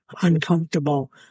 uncomfortable